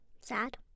Sad